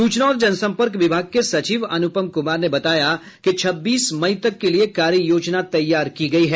सूचना और जनसंपर्क विभाग के सचिव अनुपम कुमार ने बताया कि छब्बीस मई तक के लिये कार्य योजना तैयार की गयी है